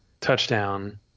touchdown